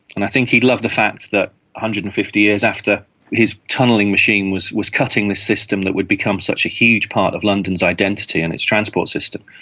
and i think he'd love the fact that one hundred and fifty years after his tunnelling machine was was cutting this system that would become such a huge part of london's identity and its transport system,